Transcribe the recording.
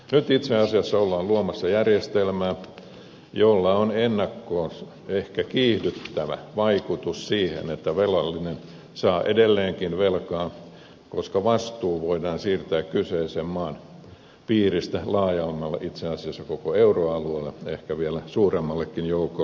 nyt itse asiassa ollaan luomassa järjestelmää jolla on ennakkoon ehkä kiihdyttävä vaikutus siihen että velallinen saa edelleenkin velkaa koska vastuu voidaan siirtää kyseisen maan piiristä laajemmalle itse asiassa koko euroalueelle ehkä vieläkin suuremmalle joukolle maita